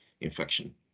infection